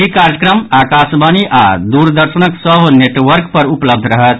ई कार्यक्रम आकाशवाणी आओर दूरदर्शनक सभ नेटवर्क पर उपलब्ध रहत